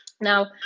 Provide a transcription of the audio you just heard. Now